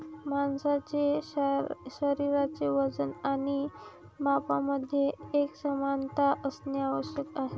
माणसाचे शरीराचे वजन आणि मापांमध्ये एकसमानता असणे आवश्यक आहे